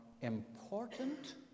important